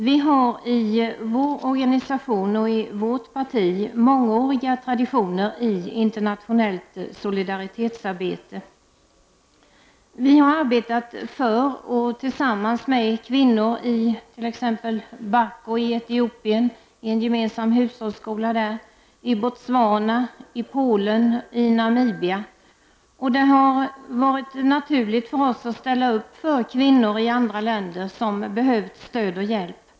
Vi har i vår organisation och vårt parti mångåriga traditioner i internationellt solidaritetsarbete. Vi har arbetat för och tillsammans med kvinnor i t.ex. Bako i Etiopien i en gemensam hushållsskola, i Botswana, i Polen, i Namibia. Det har varit naturligt för oss att ställa upp för kvinnor i andra länder som har behövt stöd och hjälp.